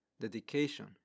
dedication